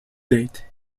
date